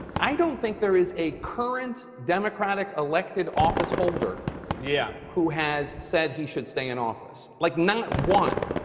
i don't think there is a current democratic elected officeholder yeah who has said he should stay in office. like not one.